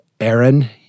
Aaron